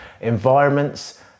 environments